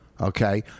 Okay